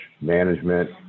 management